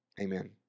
Amen